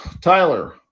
Tyler